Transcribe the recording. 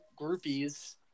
groupies